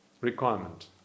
requirement